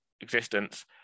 existence